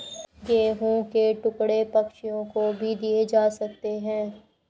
गेहूं के टुकड़े पक्षियों को भी दिए जा सकते हैं